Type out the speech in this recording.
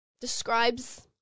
describes